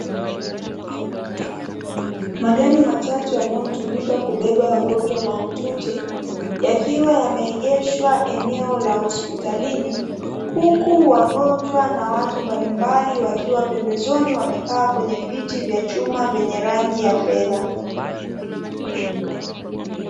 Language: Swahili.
Magari matatu yanayotumika kubeba wagonjwa mahututi yakiwa yameegeshwa eneo la hospitalini, huku wagonjwa na watu mbalimbali wakiwa pembezoni wamekaa kwenye viti vya chuma vyenye rangi ya fedha.